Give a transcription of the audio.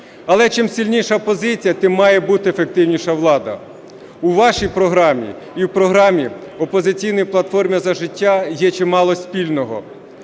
Але чим сильніша позиція, тим має бути ефективніша влада. У вашій програмі і у програмі "Опозиційної платформи – За життя" є чимало спільного: